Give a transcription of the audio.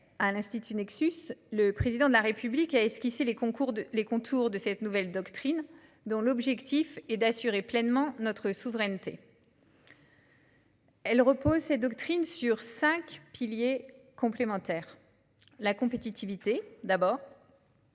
à l'institut Nexus, le Président de la République a esquissé les contours de cette nouvelle doctrine, dont l'objectif est d'assurer pleinement notre souveraineté. Elle repose sur cinq piliers complémentaires. Le premier pilier